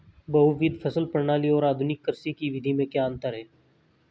बहुविध फसल प्रणाली और आधुनिक कृषि की विधि में क्या अंतर है?